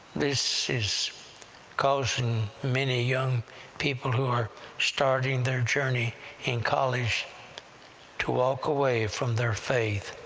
this is causing many young people who are starting their journey in college to walk away from their faith.